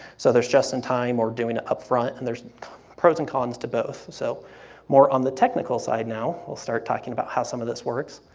so there's just in time or doing it up front, and there's pros and cons to both. so more on the technical side now, we'll start talking about how some of this works,